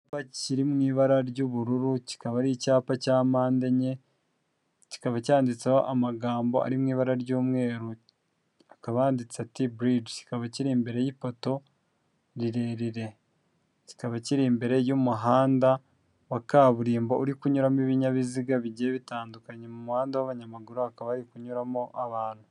Icyapa kiri mu ibara ry'ubururu, kikaba ari icyapa cya mpande enye, kikaba cyanditseho amagambo ari mu ibara ry'umweru, akaba yanditse ati : "buriji", kikaba kiri imbere y'ipoto rirerire, kikaba kiri imbere y'umuhanda wa kaburimbo uri kunyuramo ibinyabiziga bigiye bitandukanye, mu muhanda w'abanyamaguru hakaba hari kunyuramo abantu.